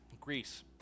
Greece